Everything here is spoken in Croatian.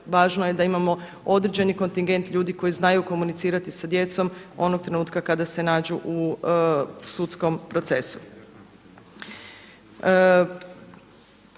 važno je da imamo određeni kontingent ljudi koji znaju komunicirati sa djecom onog trenutka kada se nađu u sudskom procesu.